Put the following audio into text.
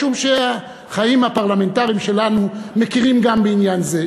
משום שהחיים הפרלמנטריים שלנו מכירים גם בעניין זה.